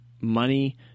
money